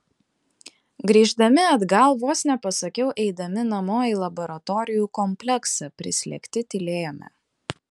grįždami atgal vos nepasakiau eidami namo į laboratorijų kompleksą prislėgti tylėjome